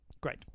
Great